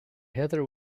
heather